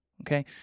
Okay